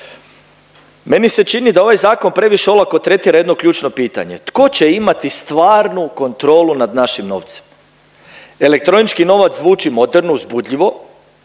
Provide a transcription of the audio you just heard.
Meni se čini da ovaj zakon previše olako tretira jedno ključno pitanje, tko će imati stvarnu kontrolu nad našim novcem? Elektronički novac zvuči moderno, uzbudljivo,